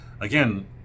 Again